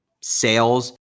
sales